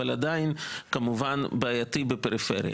אבל הוא עדיין בעייתי בפריפריה.